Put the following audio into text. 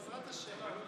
בעזרת השם.